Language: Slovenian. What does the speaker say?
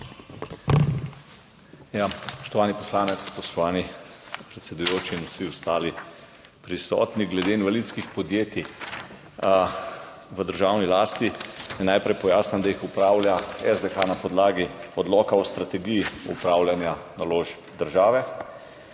Spoštovani poslanec, spoštovani predsedujoči in vsi ostali prisotni! Glede invalidskih podjetij v državni lasti naj najprej pojasnim, da jih upravlja SDH na podlagi Odloka o strategiji upravljanja naložb države.